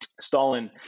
Stalin